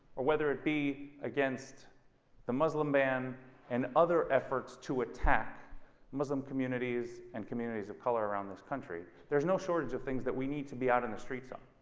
or whether it be against the muslim ban and other efforts to attack muslim communities and communities of color around this country. there is no shortage of things that we need to be out in the streets um